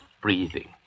breathing